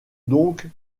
donc